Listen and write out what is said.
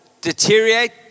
deteriorate